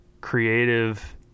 creative